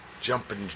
Jumping